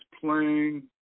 playing